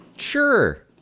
sure